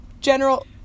general